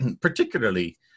particularly